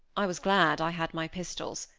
i was glad i had my pistols.